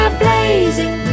blazing